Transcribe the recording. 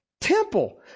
temple